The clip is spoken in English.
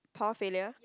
power failure